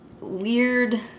weird